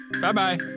Bye-bye